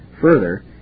Further